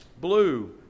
blue